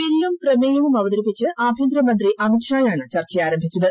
ബില്ലും പ്രമേയവും അവതരിപ്പിച്ച് ആഭ്യന്തരമന്ത്രി അമിത്ഷായാണ് ചർച്ച ആരംഭിച്ചത്